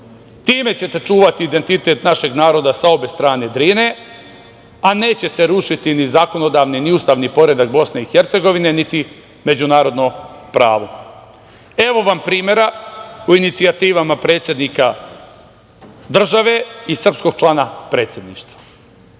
Time ćete čuvati identitet našeg naroda sa obe strane Drine, a nećete rušiti ni zakonodavni, ni ustavni poredak BiH, niti međunarodno pravo. Evo vam primera u inicijativama predsednika države i srpskog člana Predsedništva. Na